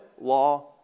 law